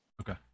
okay